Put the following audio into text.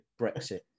Brexit